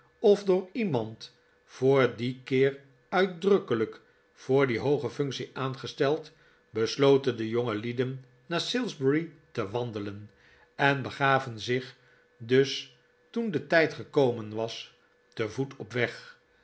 of door iemand voor din keer uitdrukkelijk voor die hooge functie aangesteld besloten de jongelieden naar salisbury te wandelen en begaven zich dus toen de tijd gekomen was te voet op weg